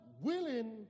willing